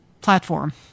platform